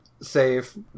save